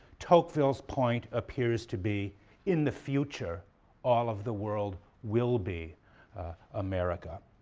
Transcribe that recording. tocqueville's point appears to be in the future all of the world will be america.